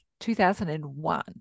2001